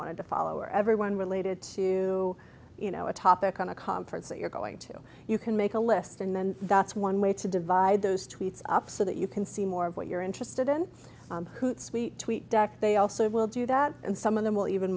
wanted to follow or everyone related to you know a topic on a conference that you're going to you can make a list and then that's one way to divide those tweets up so that you can see more of what you're interested in hoot suite tweet deck they also will do that and some of them will even